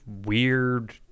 weird –